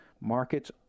Markets